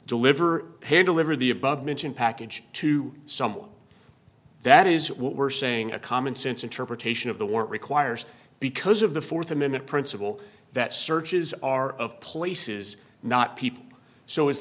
deliver her deliver the above mentioned package to someone that is what we're saying a common sense interpretation of the word requires because of the fourth amendment principle that searches are of places not people so as